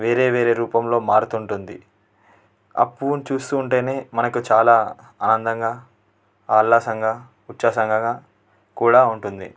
వేరే వేరే రూపంలో మారుతుంటుంది ఆ పువ్వుని చూస్తూంటే మనకు చాలా ఆనందంగా ఆహ్లాదంగా ఉత్సాహంగా కూడా ఉంటుంది